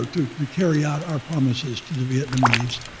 so to carry out our promises to the vietnamese.